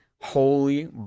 Holy